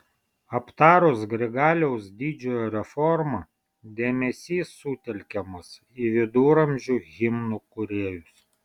aptarus grigaliaus didžiojo reformą dėmesys sutelkiamas į viduramžių himnų kūrėjus